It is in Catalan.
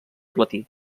platí